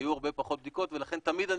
היו הרבה פחות בדיקות ולכן תמיד אני